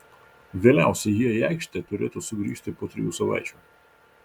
vėliausiai jie į aikštę turėtų sugrįžti po trijų savaičių